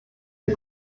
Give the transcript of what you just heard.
der